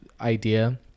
idea